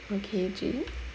okay jade